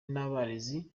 n’abarezi